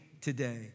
today